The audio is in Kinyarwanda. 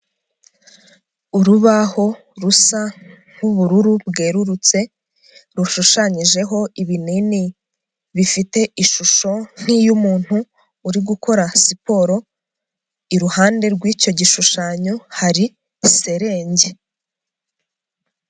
Urubaho rusa nk'ubururu bwererutse, rushushanyijeho ibinini bifite ishusho nk'iy'umuntu uri gukora siporo, iruhande rw'icyo gishushanyo hari serenge.